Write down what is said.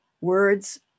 words